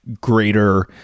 greater